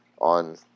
on